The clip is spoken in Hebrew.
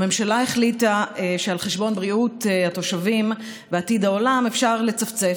הממשלה החליטה שעל בריאות התושבים ועתיד העולם אפשר לצפצף.